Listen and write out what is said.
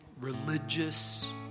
religious